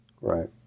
Right